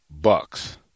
Bucks